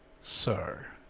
sir